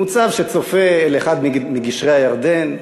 מוצב שצופה אל אחד מגשרי הירדן,